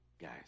guys